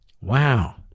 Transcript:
Wow